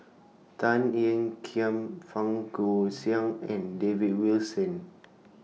Tan Ean Kiam Fang Goxiang and David Wilson